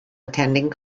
attending